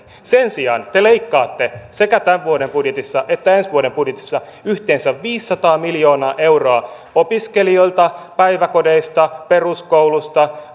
sen sijaan te leikkaatte sekä tämän vuoden budjetissa että ensi vuoden budjetissa yhteensä viisisataa miljoonaa euroa opiskelijoilta päiväkodeista peruskoulusta